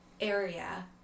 area